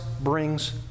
brings